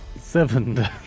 Seven